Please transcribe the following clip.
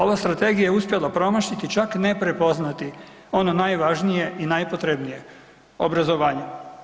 Ova strategija je uspjela promašiti i čak ne prepoznati ono najvažnije i najpotrebnije, obrazovanje.